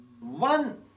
One